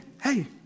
hey